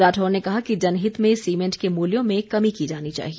राठौर ने कहा कि जनहित में सीमेंट के मूल्यों में कमी की जानी चाहिए